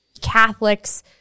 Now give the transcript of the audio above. Catholics